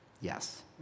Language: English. Yes